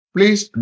Please